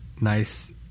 nice